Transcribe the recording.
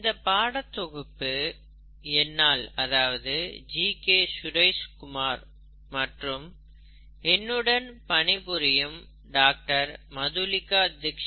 இந்த பாடத்தொகுப்பு என்னால் அதாவது ஜி கே சுரேஷ்குமார் மற்றும் என்னுடன் பணி புரியும் டாக்டர் மதுலிகா டிக்சிட் Dr